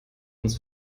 uns